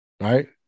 Right